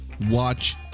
Watch